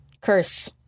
curse